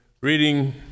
reading